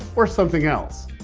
or something else.